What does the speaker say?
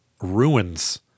ruins